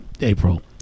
April